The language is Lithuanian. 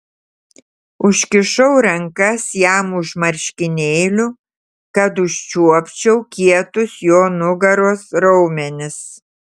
užkišau rankas jam už marškinėlių kad užčiuopčiau kietus jo nugaros raumenis